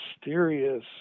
mysterious